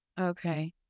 Okay